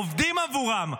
עובדים עבורם,